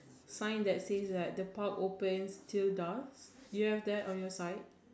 find that scene like the pub open till dusk do you have that on your side